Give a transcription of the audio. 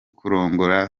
kurongora